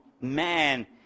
man